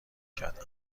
کرد